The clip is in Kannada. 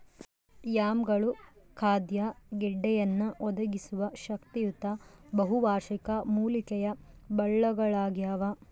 ಯಾಮ್ಗಳು ಖಾದ್ಯ ಗೆಡ್ಡೆಯನ್ನು ಒದಗಿಸುವ ಶಕ್ತಿಯುತ ಬಹುವಾರ್ಷಿಕ ಮೂಲಿಕೆಯ ಬಳ್ಳಗುಳಾಗ್ಯವ